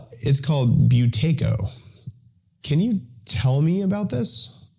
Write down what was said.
it's called buteyko can you tell me about this?